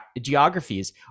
geographies